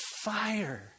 fire